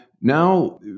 now